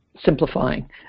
simplifying